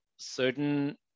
certain